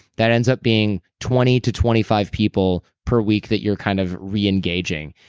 that ends up being twenty to twenty five people per week that you're kind of reengaging.